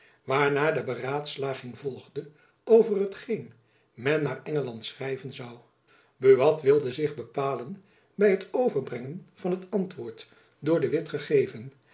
waarna de beraadslaging volgde over hetgeen men naar engeland schrijven zoû buat wilde zich bepalen by het overbrengen van het antwoord door de witt gegeven